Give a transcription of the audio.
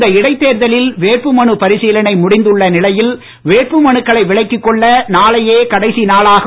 இந்த இடைத்தேர்தலில் வேட்பு மனு பரிசீலனை முடிந்து உள்ள நிலையில் வேட்புமனுக்களை விலக்கிக் கொள்ள நாளையே கடைசி நாளாகும்